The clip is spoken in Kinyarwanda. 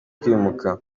kwimuka